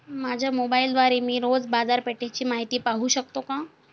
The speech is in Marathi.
माझ्या मोबाइलद्वारे मी रोज बाजारपेठेची माहिती पाहू शकतो का?